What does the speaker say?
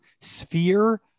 sphere